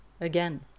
again